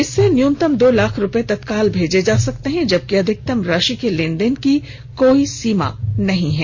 इससे न्यूनतम दो लाख रुपये तत्काल भेजे जा सकते जबकि अधिकतम राशि के लेन देन की कोई सीमा नहीं है